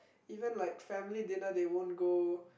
even like family dinner they won't go